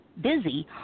Busy